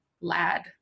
lad